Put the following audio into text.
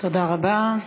תודה רבה.